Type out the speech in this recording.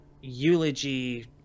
eulogy